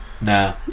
nah